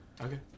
Okay